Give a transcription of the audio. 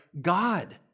God